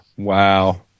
wow